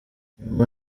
nyuma